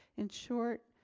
in short?